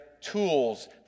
tools